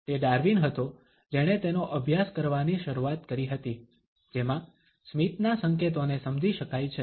તે ડાર્વિન હતો જેણે તેનો અભ્યાસ કરવાની શરૂઆત કરી હતી જેમાં સ્મિતના સંકેતોને સમજી શકાય છે